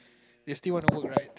they still want to work right